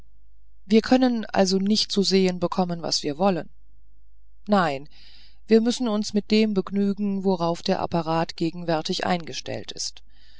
wir können also nicht zu sehen bekommen was wir wollen nein wir müssen uns mit dem begnügen worauf der apparat gegenwärtig eingestellt ist